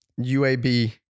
UAB